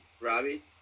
Robbie